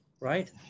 right